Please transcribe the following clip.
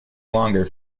longer